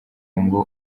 ngo